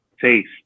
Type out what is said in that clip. taste